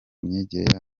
myigire